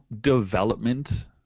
development